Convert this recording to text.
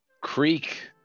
Creek